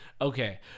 Okay